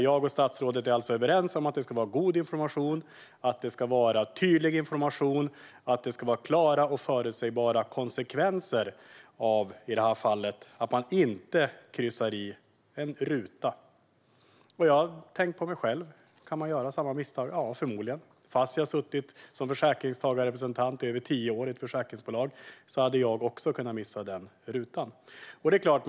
Jag och statsrådet är alltså överens om att det ska vara god information, att informationen ska vara tydlig och att konsekvenserna av att, som i det här fallet, inte kryssa i en ruta ska vara tydliga och förutsägbara. Jag har gått till mig själv: Skulle jag kunna göra samma misstag? Ja, förmodligen. Fastän jag har suttit som försäkringstagarrepresentant i ett försäkringsbolag i över tio år hade även jag kunnat missa denna ruta.